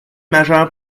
majeur